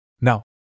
No